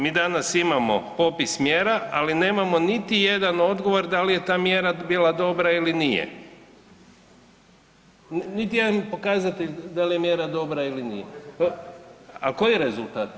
Mi danas imamo popis mjera, ali nemamo niti jedan odgovor da li je ta mjera bila dobra ili nije, niti jedan pokazatelj da li je mjera dobra ili nije. … [[Upadica se ne razumije.]] A koji rezultat?